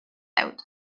out